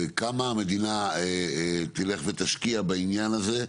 וכמה המדינה תלך ותשקיע בעניין הזה,